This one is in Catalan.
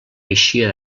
eixia